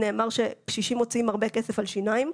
נאמר שקשישים מוציאים הרבה כסף על שיניים.